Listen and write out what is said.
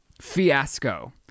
fiasco